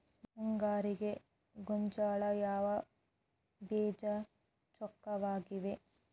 ಮುಂಗಾರಿಗೆ ಗೋಂಜಾಳ ಯಾವ ಬೇಜ ಚೊಕ್ಕವಾಗಿವೆ?